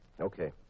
Okay